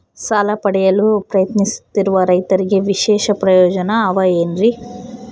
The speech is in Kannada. ಸಾಲ ಪಡೆಯಲು ಪ್ರಯತ್ನಿಸುತ್ತಿರುವ ರೈತರಿಗೆ ವಿಶೇಷ ಪ್ರಯೋಜನ ಅವ ಏನ್ರಿ?